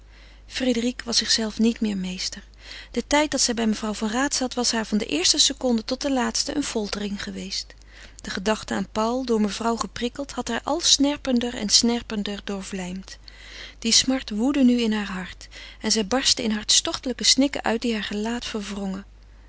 frédérique was zichzelve niet meer meester de tijd dat zij bij mevrouw van raat zat was haar van de eerste seconde tot de laatste een foltering geweest de gedachte aan paul door mevrouw geprikkeld had haar al snerpender en snerpender doorvlijmd de smart woedde nu in heur hert en zij barstte in hartstochtelijke snikken uit die haar gelaat verwrongen